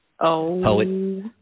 Poet